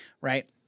Right